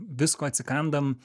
visko atsikandam